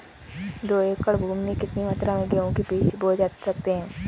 दो एकड़ भूमि में कितनी मात्रा में गेहूँ के बीज बोये जा सकते हैं?